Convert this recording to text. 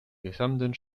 gesamten